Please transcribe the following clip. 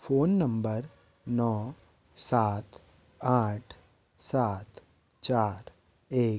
phone number नौ सात आठ सात चार एक